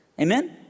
Amen